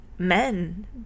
Men